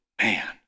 man